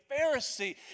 Pharisee